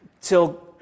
till